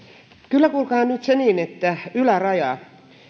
kyllä kuulkaa nyt se on niin että